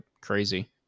crazy